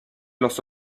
los